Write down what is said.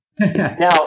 now